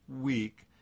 week